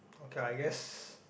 okay I guess